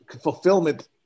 fulfillment